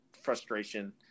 frustration